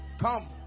Come